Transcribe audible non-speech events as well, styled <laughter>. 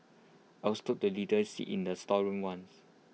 I was told to <unintelligible> sit in A storeroom once